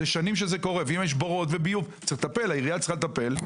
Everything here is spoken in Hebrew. זה קורה שנים ואם יש בורות וביוב העירייה צריכה לטפל.